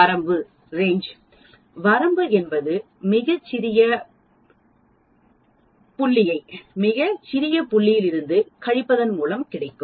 வரம்பு வரம்பு என்பது மிகச்சிறிய புள்ளியைக் மிகச் சிறிய புள்ளியிலிருந்து கழிப்பதன் மூலம் கிடைக்கும்